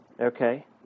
Okay